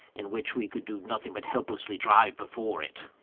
in which we could do nothing but helplessly drive before it.